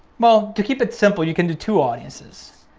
well to keep it simple you can do two audiences,